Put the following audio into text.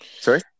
Sorry